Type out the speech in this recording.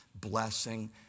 blessing